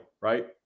right